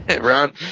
Ron